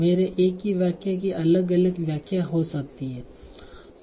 मेरे एक ही वाक्य की अलग अलग व्याख्या हो सकती है